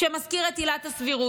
שמזכיר את עילת הסבירות.